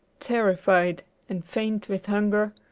terrified and faint with hunger,